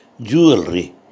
jewelry